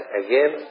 again